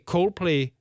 Coldplay